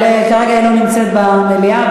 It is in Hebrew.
אבל כרגע היא לא נמצאת במליאה,